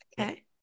Okay